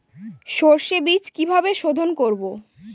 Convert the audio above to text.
সর্ষে বিজ কিভাবে সোধোন করব?